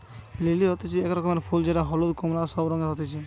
lily হতিছে এক রকমের ফুল যেটা হলুদ, কোমলা সব রঙে হতিছে